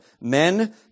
Men